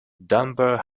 dunbar